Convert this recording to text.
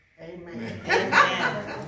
Amen